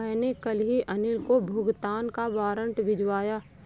मैंने कल ही अनिल को भुगतान का वारंट भिजवाया है